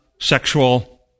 sexual